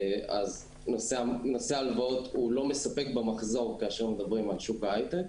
נושא ההלוואות לא מספק במחזור כאשר מדברים על שוק ההייטק,